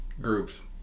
groups